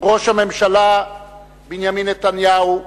ראש הממשלה בנימין נתניהו,